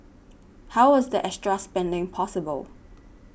how was the extra spending possible